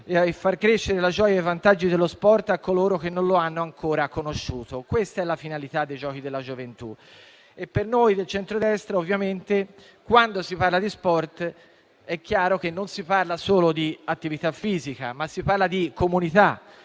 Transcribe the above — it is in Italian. di far conoscere la gioia e i vantaggi dello sport a coloro che non lo hanno ancora conosciuto. Questa è la finalità dei giochi della gioventù. Per noi del centrodestra, quando si parla di sport, è chiaro che non si parla solo di attività fisica, ma si parla anche di comunità,